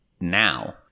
now